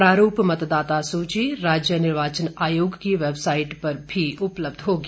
प्रारूप मतदाता सूची राज्य निर्वाचन आयोग की वेबसाइट पर भी उपलब्ध होगी